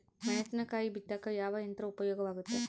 ಮೆಣಸಿನಕಾಯಿ ಬಿತ್ತಾಕ ಯಾವ ಯಂತ್ರ ಉಪಯೋಗವಾಗುತ್ತೆ?